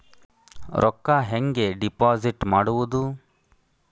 ರೊಕ್ಕ ಹೆಂಗೆ ಡಿಪಾಸಿಟ್ ಮಾಡುವುದು?